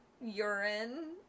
urine